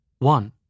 One